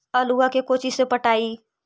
आलुआ के कोचि से पटाइए?